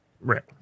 right